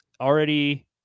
already